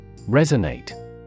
Resonate